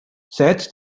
seit